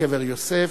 בנושא: קבר יוסף.